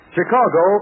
Chicago